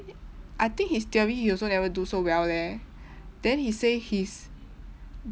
I think his theory he also never do so well leh then he say his